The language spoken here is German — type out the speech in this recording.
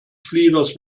flieders